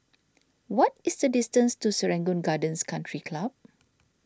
what is the distance to Serangoon Gardens Country Club